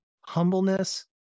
humbleness